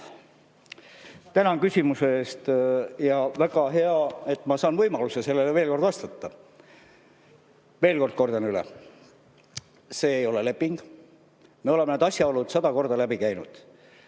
Tänan küsimuse eest! Väga hea, et ma saan võimaluse sellele veel kord vastata. Kordan üle: see ei ole leping. Me oleme need asjaolud sada korda läbi käinud.